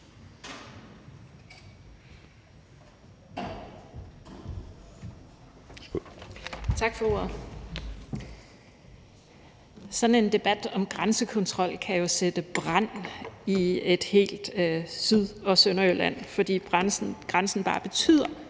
Tak for ordet.